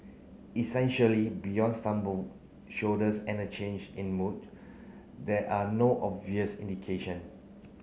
essentially beyond shoulders and a change in mood there are no obvious indication